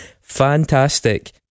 fantastic